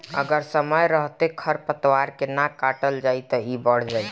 अगर समय रहते खर पातवार के ना काटल जाइ त इ बढ़ जाइ